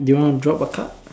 do you want to drop a card